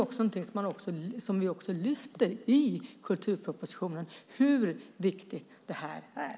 Vi lyfter också fram i kulturpropositionen hur viktigt det här är.